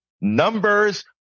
Numbers